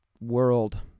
world